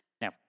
Now